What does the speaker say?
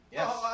Yes